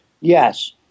Yes